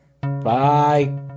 Bye